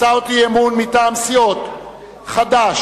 הצעת אי-אמון מטעם סיעות חד"ש,